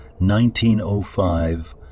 1905